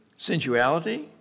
sensuality